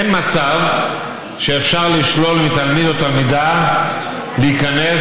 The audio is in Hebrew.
אין מצב שאפשר לשלול מתלמיד או מתלמידה להיכנס